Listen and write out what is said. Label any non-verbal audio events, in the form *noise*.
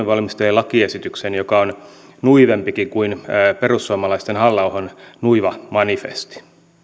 *unintelligible* valmisteli lakiesityksen joka on nuivempikin kuin perussuomalaisten halla ahon nuiva manifesti